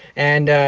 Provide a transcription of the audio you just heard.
and.